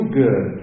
good